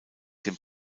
dem